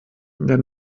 der